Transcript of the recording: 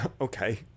okay